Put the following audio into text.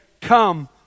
come